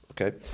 okay